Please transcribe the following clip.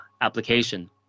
application